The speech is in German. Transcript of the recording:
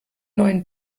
neuen